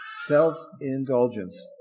Self-indulgence